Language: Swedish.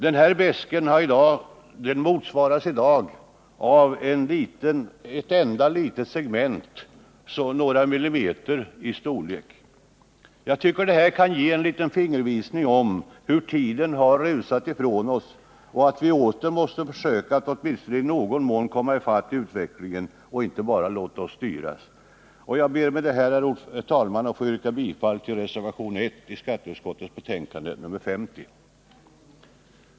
Denna BESK motsvaras i dag av ett enda litet segment, några millimeter i storlek. Jag tycker att detta kan ge en liten fingervisning om hur tiden har rusat ifrån oss och om att vi åter måste försöka att åtminstone i någon mån komma i fatt utvecklingen och inte bara låta oss styras. Jag ber, herr talman, att få yrka bifall till reservationen 1 vid skatteutskottets betänkande nr 50.